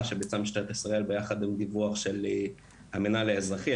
שביצעה משטרת ישראל ביחד עם דיווח של המנהל האזרחי.